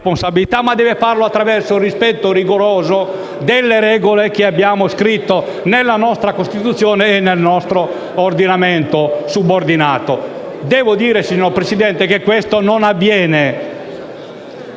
la responsabilità attraverso il rispetto rigoroso delle regole che abbiamo scritto nella nostra Costituzione e nel nostro ordinamento subordinato. Signor Presidente, ciò non avviene